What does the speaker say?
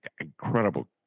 incredible